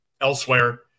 elsewhere